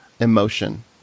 Emotion